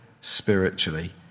spiritually